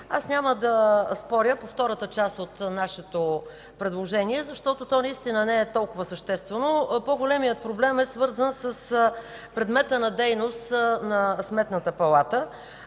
няма да споря по втората част от нашето предложение, защото то наистина не е толкова съществено. По-големият проблем е свързан с предмета на дейност на Сметната палата.